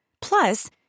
Plus